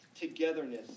togetherness